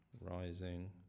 rising